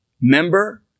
member